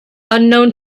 unknown